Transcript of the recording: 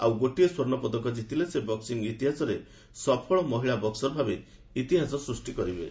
ଆଉ ଗୋଟିଏ ସ୍ୱର୍ଣ୍ଣ ପଦକ ଜିତିଲେ ସେ ବକ୍ତିଂ ଇତିହାସରେ ସଫଳ ମହିଳା ବକୁର ଭାବେ ଇତିହାସ ସୃଷ୍ଟି କରିବେ